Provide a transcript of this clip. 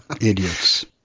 Idiots